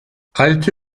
alte